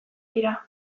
dira